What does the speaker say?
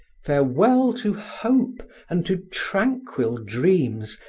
farewell to hope and to tranquil dreams,